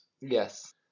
Yes